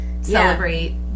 celebrate